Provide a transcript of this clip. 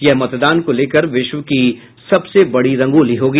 यह मतदान को लेकर विश्व की सबसे बड़ी रंगोली होगी